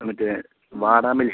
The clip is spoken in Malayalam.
മറ്റേ വാടാമല്ലി